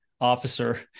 officer